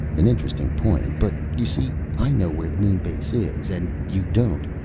an interesting point. but you see, i know where the moon base is. and you don't.